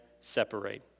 separate